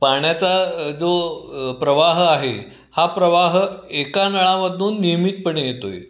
पाण्याचा जो प्रवाह आहे हा प्रवाह एका नळामधून नियमितपणे येतो आहे